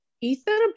ethan